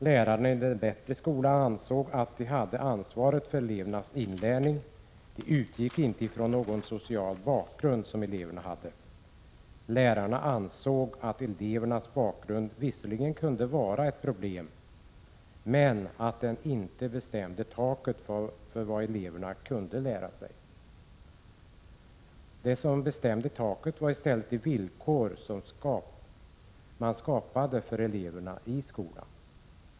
Lärarna i den bättre skolan ansåg att de hade ansvaret för elevernas inlärning. De utgick inte från den sociala bakgrund som eleverna hade. Lärarna ansåg att elevernas bakgrund visserligen kunde vara ett problem men att den inte bestämde taket för vad eleverna kunde lära sig. Det som bestämde taket var i stället de villkor man skapade för eleverna i skolan.